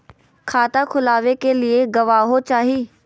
खाता खोलाबे के लिए गवाहों चाही?